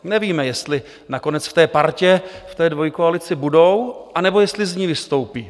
Nevíme, jestli nakonec v té partě, v té dvojkoalici budou, anebo jestli z ní vystoupí.